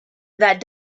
that